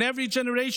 In every generation,